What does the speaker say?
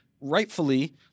rightfully